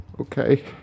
Okay